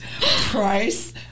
price